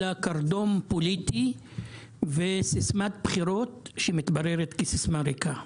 אלא קרדום פוליטי וסיסמת בחירות שמתבררת כסיסמה ריקה.